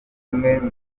banyapolitiki